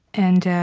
and